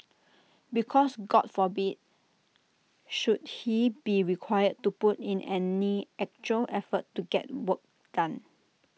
because God forbid should he be required to put in any actual effort to get work done